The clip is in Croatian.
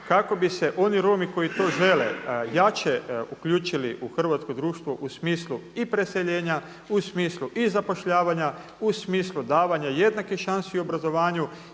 kako bi se oni Romi koji to žele jače uključili u hrvatsko društvo u smislu i preseljenja, u smislu i zapošljavanja, u smislu davanja jednake šanse u obrazovanju